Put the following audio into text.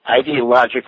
ideologically